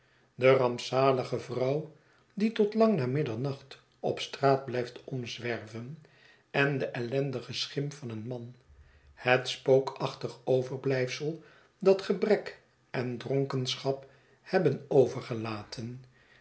de rampzalige vrouw die tot lang na middernacht op straat blyft omzwerven en de ellendige schim van een man het spookachtig overblijfsel dat gebrek en dronkenschap hebben overgelaten